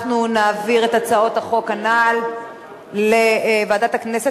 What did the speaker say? אנחנו נעביר את הצעות החוק הנ"ל לוועדת הכנסת,